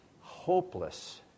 hopeless